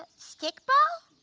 stick ball?